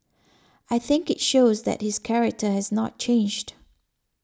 I think it shows that his character has not changed